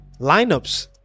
Lineups